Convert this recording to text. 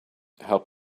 help